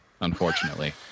unfortunately